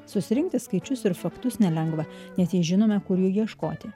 susirinkti skaičius ir faktus nelengva nes nežinome kur jų ieškoti